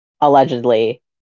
allegedly